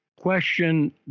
Question